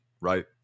right